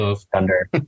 Thunder